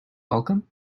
welcome